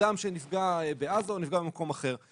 אדם שנפגע בעזה או נפגע במקום אחר.